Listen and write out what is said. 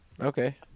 Okay